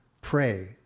Pray